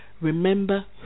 remember